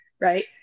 right